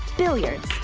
billiards.